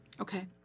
Okay